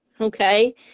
okay